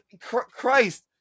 Christ